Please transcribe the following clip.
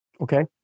Okay